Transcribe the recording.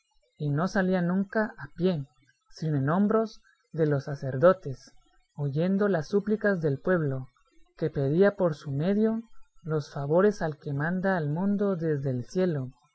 y no salía nunca a pie sino en hombros de los sacerdotes oyendo las súplicas del pueblo que pedía por su medio los favores al que manda al mundo desde el cielo